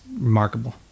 remarkable